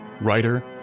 writer